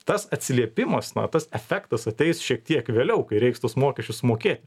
tas atsiliepimas na tas efektas ateis šiek tiek vėliau kai reiks tuos mokesčius mokėt